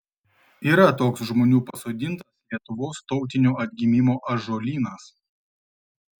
yra toks žmonių pasodintas lietuvos tautinio atgimimo ąžuolynas